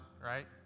right